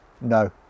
No